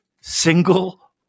single